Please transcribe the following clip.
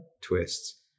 twists